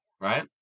right